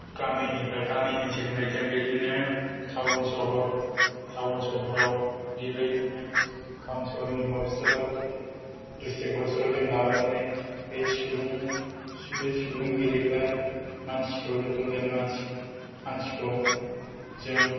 गामिनिफ्राय गामि ओनसोलनि मानसिया जों बिदिनो थावन सहर टाउन सहराव बेबायदिनो टाउन सहरनि हस्पितालाव डिस्ट्रिक्ट हस्पिताल आव जों लाबोनानै बे सुबुं बे सुबुं गेलेग्रा मानसिखौ जखम जानाय मानसि मानसिखौ जों